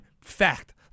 Fact